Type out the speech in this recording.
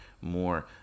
more